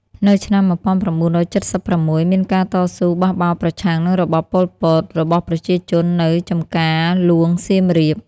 នៅឆ្នាំ ១៩៧៦ មានការតស៊ូបះបោរប្រឆាំង និងរបប ប៉ុល ពត របស់ប្រជាជននៅ ចម្ការហ្លួងសៀមរាប។